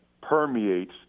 permeates